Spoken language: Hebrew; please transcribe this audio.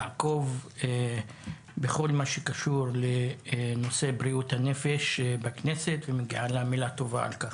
לעקוב בכל מה שקשור לנושא בריאות הנפש בכנסת ומגיעה לה מילה טובה על כך.